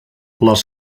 les